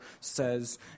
says